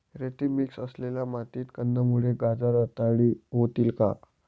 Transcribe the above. रेती मिक्स असलेल्या मातीत कंदमुळे, गाजर रताळी होतील का?